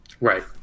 Right